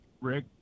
Rick